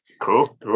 Cool